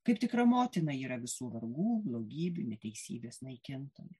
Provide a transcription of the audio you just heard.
kaip tikra motina ji yra visų vargų blogybių neteisybės naikintoja